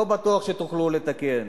לא בטוח שתוכלו לתקן.